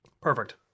Perfect